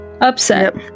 Upset